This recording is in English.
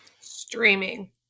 Streaming